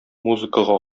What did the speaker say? музыкага